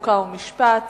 חוק ומשפט.